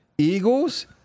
Eagles